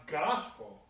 gospel